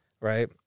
right